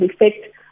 effect